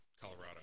Colorado